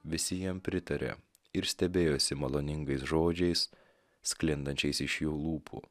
visi jam pritarė ir stebėjosi maloningais žodžiais sklindančiais iš jo lūpų